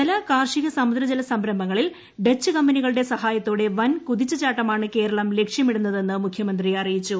ജല കാർഷിക സമുദ്രജല സംരംഭങ്ങളിൽ ഡച്ച് കമ്പനികളുടെ സഹായത്തോടെ വൻ കുതിച്ചുചാട്ടമാണ് കേരളം ലക്ഷ്യമിടുന്നതെന്ന് മുഖ്യമന്ത്രി അറിയിച്ചു